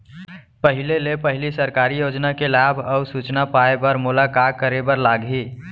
पहिले ले पहिली सरकारी योजना के लाभ अऊ सूचना पाए बर मोला का करे बर लागही?